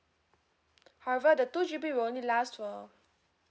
however the two G_B will only last for